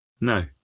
No